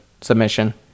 Submission